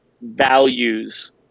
values